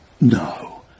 no